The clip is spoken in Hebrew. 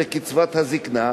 זו קצבת הזיקנה,